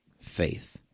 faith